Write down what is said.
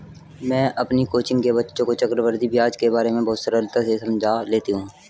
मैं अपनी कोचिंग के बच्चों को चक्रवृद्धि ब्याज के बारे में बहुत सरलता से समझा लेती हूं